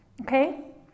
Okay